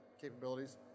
capabilities